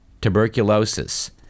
tuberculosis